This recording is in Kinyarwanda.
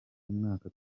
umwaka